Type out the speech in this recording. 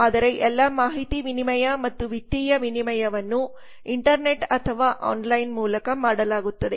ಆದರೆ ಎಲ್ಲಾ ಮಾಹಿತಿ ವಿನಿಮಯ ಮತ್ತು ವಿತ್ತೀಯ ವಿನಿಮಯವನ್ನು ಇಂಟರ್ನೆಟ್ ಅಥವಾ ಆನ್ಲೈನ್internetonline ಮೂಲಕ ಮಾಡಲಾಗುತ್ತದೆ